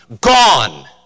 gone